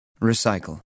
Recycle